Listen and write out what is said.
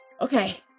Okay